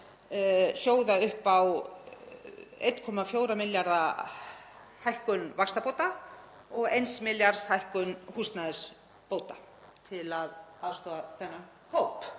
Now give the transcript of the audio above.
hljóða upp á 1,4 milljarða hækkun vaxtabóta og 1 milljarðs hækkun húsnæðisbóta til að aðstoða þennan hóp.